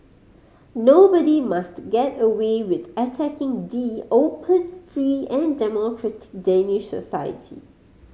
nobody must get away with attacking the open free and democratic Danish society